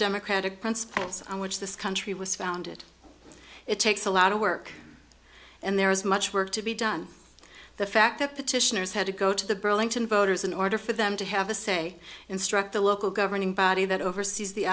democratic principles on which this country was founded it takes a lot of work and there is much work to be done the fact that petitioners had to go to the burlington voters in order for them to have a say instruct the local governing body that oversees the